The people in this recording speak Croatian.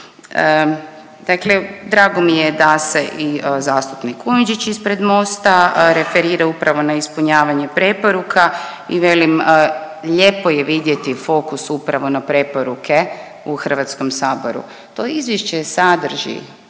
Dakle, drago mi je da se i zastupnik Kujundžić ispred Mosta referirao upravo na ispunjavanje preporuka i velim lijepo je vidjeti fokus upravo na preporuke u HS-u. To izvješće sadrži